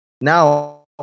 Now